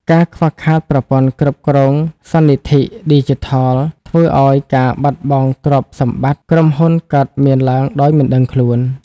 ការខ្វះខាតប្រព័ន្ធគ្រប់គ្រងសន្និធិ ឌីជីថល ធ្វើឱ្យការបាត់បង់ទ្រព្យសម្បត្តិក្រុមហ៊ុនកើតមានឡើងដោយមិនដឹងខ្លួន។